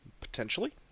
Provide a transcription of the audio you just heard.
potentially